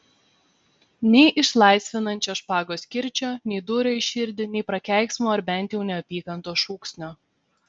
nei išlaisvinančio špagos kirčio nei dūrio į širdį nei prakeiksmo ar bent jau neapykantos šūksnio